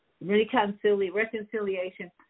reconciliation